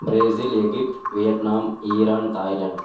Brazil Egypt Vietnam Iran Thailand